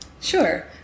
Sure